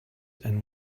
and